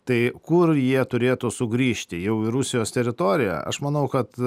tai kur jie turėtų sugrįžti jau į rusijos teritoriją aš manau kad